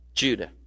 Judah